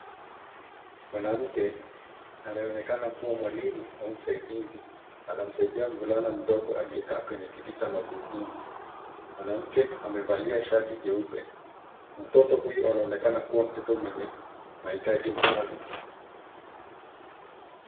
Mwanamke, anayeonekana kuwa mwalimu au msaidizi anamsaidia mvulana mdogo aliyekaa kwenye kiti cha magurudumu. Mwanamke amevalia shati jeupe. Mtoto huyu anaonekana kuwa mtoto mwenye mahitaji maalum.